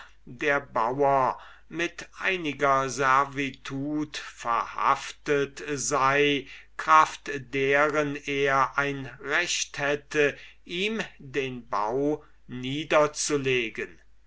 der bauer mit einiger servitut verhaftet sei kraft deren er ein recht hätte ihm den bau niederzulegen